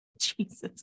Jesus